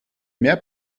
mehr